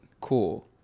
Cool